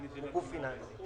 הוא גוף פיננסי.